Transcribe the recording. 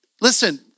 listen